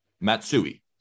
Matsui